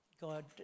God